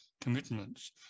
commitments